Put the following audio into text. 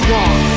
one